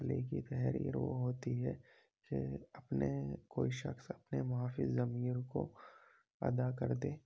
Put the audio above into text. تخلیقی تحریر وہ ہوتی ہے کہ اپنے کوئی شخص اپنے ما فی الضمیر کو ادا کر دے